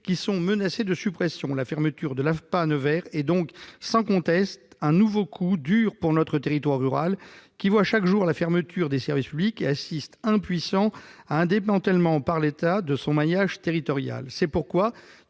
qui sont menacés de suppression. La fermeture de l'AFPA Nevers est donc sans conteste un nouveau coup dur pour notre territoire rural, qui voit chaque jour la fermeture des services publics et assiste impuissant à un démantèlement par l'État de son maillage territorial. C'est pourquoi